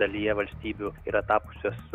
dalyje valstybių yra tapusios